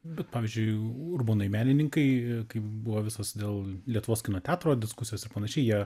bet pavyzdžiui urbonai menininkai kai buvo visos dėl lietuvos kino teatro diskusijos ir panašiai jie